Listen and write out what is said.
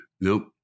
Nope